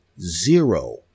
zero